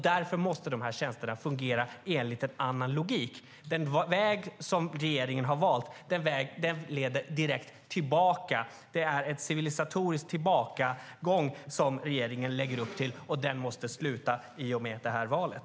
Därför måste de här tjänsterna fungera enligt en annan logik. Den väg som regeringen har valt leder direkt tillbaka. Det är en civilisatorisk tillbakagång som regeringen leder upp till, och den måste sluta i och med det här valet.